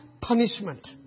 punishment